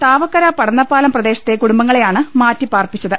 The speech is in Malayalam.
താവക്കര പടന്നപ്പാലം പ്രദേശത്തെ കുടുംബങ്ങളെയാണ് മാറ്റി പാർപ്പിച്ചത്